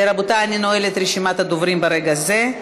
רבותי, אני נועלת את רשימת הדוברים ברגע זה.